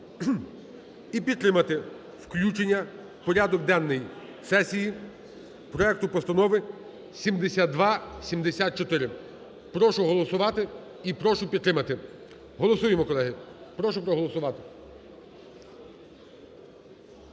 і підтримати включення в порядок денний сесії проекту постанови 7274. Прошу голосувати і прошу підтримати. Голосуємо, колеги, прошу проголосувати.